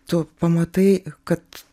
tu pamatai kad